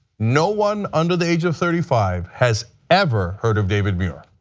no one under the age of thirty five has ever heard of david muir.